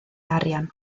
arian